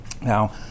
Now